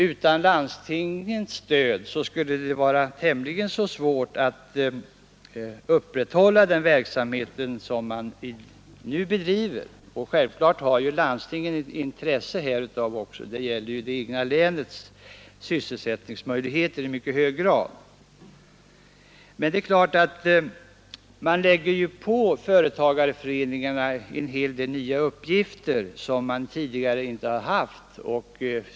Utan landstingens stöd skulle det vara svårt att upprätthålla den verksamhet som nu bedrivs. Självfallet har landstingen också här ett intresse; det gäller ju i mycket hög grad de egna länens sysselsättningsmöjligheter. Men man lägger på företagarföreningarna en hel del nya uppgifter som de tidigare inte har haft.